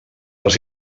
les